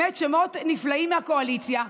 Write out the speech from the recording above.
באמת שמות נפלאים מהקואליציה,